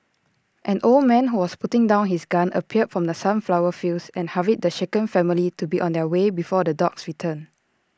an old man who was putting down his gun appeared from the sunflower fields and hurried the shaken family to be on their way before the dogs return